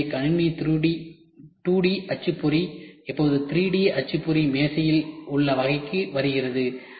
எனவே கணினி 2D அச்சுப்பொறி இப்போது 3D அச்சுப்பொறியும் மேசையில் உள்ள வகைக்கு வருகிறது